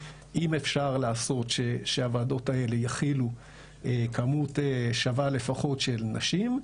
אם אפשר לעשות שהוועדות האלה יכילו כמות שווה לפחות של נשים,